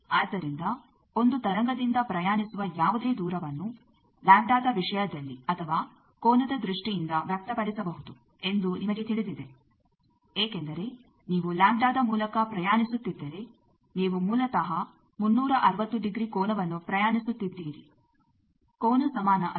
ಆದ್ದರಿಂದ ಒಂದು ತರಂಗದಿಂದ ಪ್ರಯಾಣಿಸುವ ಯಾವುದೇ ದೂರವನ್ನು ಲ್ಯಾಂಬ್ಡದ ವಿಷಯದಲ್ಲಿ ಅಥವಾ ಕೋನದ ದೃಷ್ಟಿಯಿಂದ ವ್ಯಕ್ತಪಡಿಸಬಹುದು ಎಂದು ನಿಮಗೆ ತಿಳಿದಿದೆ ಏಕೆಂದರೆ ನೀವು ಲ್ಯಾಂಬ್ಡದ ಮೂಲಕ ಪ್ರಯಾಣಿಸುತ್ತಿದ್ದರೆ ನೀವು ಮೂಲತಃ 360 ಡಿಗ್ರಿ ಕೋನವನ್ನು ಪ್ರಯಾಣಿಸುತ್ತಿದ್ದೀರಿ ಕೋನ ಸಮಾನ ಅದು